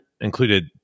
included